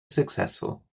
successful